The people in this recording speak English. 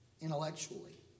intellectually